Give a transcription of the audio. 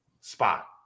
spot